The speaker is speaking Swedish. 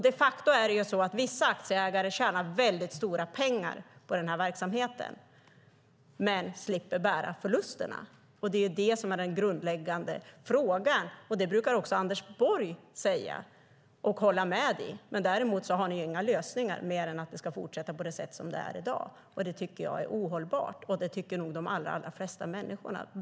De facto tjänar vissa aktieägare väldigt stora pengar på verksamheten men slipper bära förlusterna. Det är det som är den grundläggande frågan. Det brukar också Anders Borg hålla med om. Däremot har ni inga lösningar mer än att det ska fortsätta på samma sätt som i dag. Det tycker jag är ohållbart, och det tycker nog de allra flesta människor.